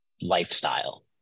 lifestyle